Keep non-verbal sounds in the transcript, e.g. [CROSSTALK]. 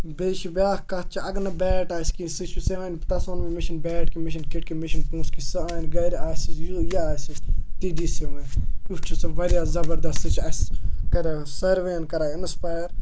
بیٚیہِ چھِ بیٛاکھ کَتھ چھِ اَگر نہٕ بیٹ آسہِ کِہیٖنۍ سُہ چھُ [UNINTELLIGIBLE] تٔمِس وَنہٕ بہٕ مےٚ چھِنہٕ بیٹ [UNINTELLIGIBLE] مےٚ چھِنہٕ کِٹ [UNINTELLIGIBLE] مےٚ چھِنہٕ پونٛسہٕ کہِ [UNINTELLIGIBLE] گَرِ آسہِ یہِ آسہِ تہِ دی سُہ مےٚ یُتھ چھُ سُہ واریاہ زَبَردَست سُہ چھِ اَسہِ کَران ساروِیَن کَران اِنَسپایَر